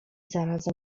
zarazem